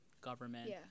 government